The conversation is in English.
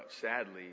Sadly